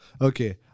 Okay